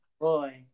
boy